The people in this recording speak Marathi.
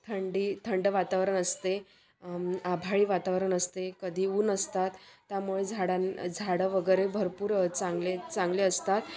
थंडी थंड वातावरण असते आभाळी वातावरण असते कधी ऊन असतात त्यामुळे झाडां झाडं वगैरे भरपूर चांगले चांगले असतात